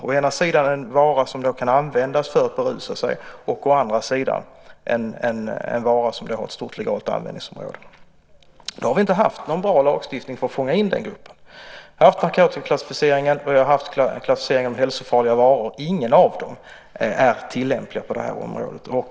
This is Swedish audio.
Å ena sidan är det en vara som kan användas för att berusa sig och å andra sidan en vara som har ett stort legalt användningsområde. Vi har inte haft någon bra lagstiftning för att fånga in den gruppen. Vi har haft narkotikaklassificeringen och klassificeringen av hälsofarliga varor. Ingen av dem är tillämplig på det här området.